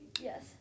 Yes